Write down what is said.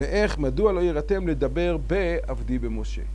ואיך מדוע לא ירתם לדבר בעבדי במשה.